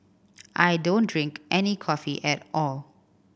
I don't drink any coffee at all